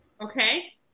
Okay